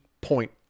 point